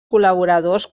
col·laboradors